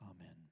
Amen